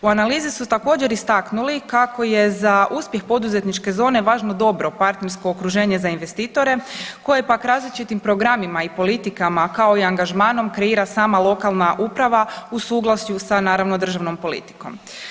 U analizi su također istaknuli kako je za uspjeh poduzetničke zone važno dobro partnersko okruženje za investitore koje pak različitim programima i politikama kao i angažmanom kreira sama lokalna uprava u suglasju sa naravno državnom politikom.